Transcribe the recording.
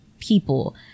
people